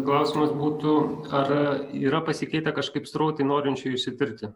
klausimas būtų ar yra pasikeitę kažkaip srautai norinčiųjų išsitirti